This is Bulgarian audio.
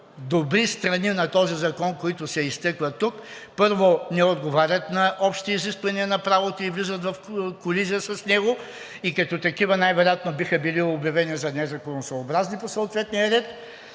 добри страни на този закон, които се изтъкват тук, първо, не отговарят на общите изисквания на правото и влизат в колизия с него и като такива най-вероятно биха били обявени за незаконосъобразни по съответния ред